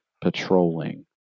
patrolling